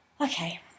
okay